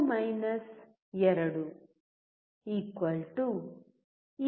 ವಿಒ 10 20 V